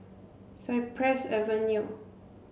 Cypress Avenue